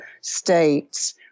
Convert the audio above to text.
states